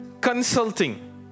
consulting